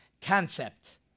concept